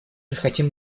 хотим